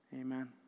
Amen